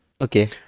Okay